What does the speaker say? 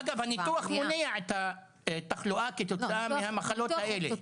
אגב, הניתוח מונע תחלואה כתוצאה מהמחלות האלה.